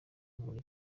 muri